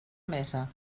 mesa